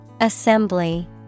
Assembly